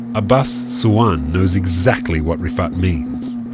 abbas suan knows exactly what rifat means.